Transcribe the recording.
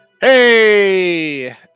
Hey